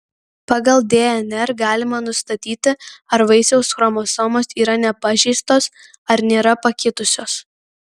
pagal dnr galima nustatyti ar vaisiaus chromosomos yra nepažeistos ar nėra pakitusios